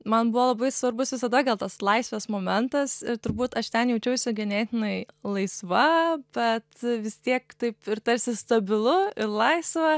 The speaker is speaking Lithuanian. man buvo labai svarbus visada gal tas laisvės momentas ir turbūt aš ten jaučiausi ganėtinai laisva bet vis tiek taip ir tarsi stabilu ir laisva